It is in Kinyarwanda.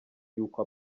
y’uko